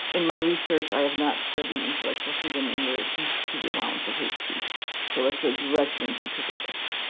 in my research, i have not studied intellectual freedom in relation to the allowance of hate speech, so that's a direct answer to the question.